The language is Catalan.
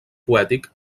poètic